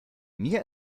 mir